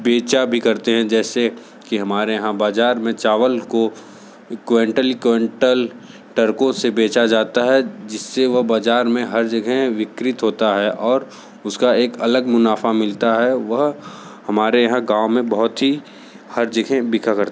बेचा भी करते हैं जैसे की हमारे यहाँ बाजार में चावल को क्कोंटल क्कोंटल ट्रकों से बेचा जाता है जिससे वह बाजार में हर जगह बिक्रित होता है और उसका एक अलग मुनाफ़ा मिलता है वह हमारे यहाँ गाँव में बहुत ही हर जगह बिका करता है